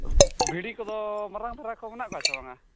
ᱵᱷᱤᱰᱤ ᱠᱚᱫᱚ ᱢᱟᱨᱟᱝ ᱫᱷᱟᱨᱟᱠᱚ ᱢᱮᱱᱟᱜ ᱠᱚᱣᱟ ᱥᱮ ᱵᱟᱝᱟ